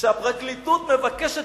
שהפרקליטות מבקשת